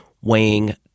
weighing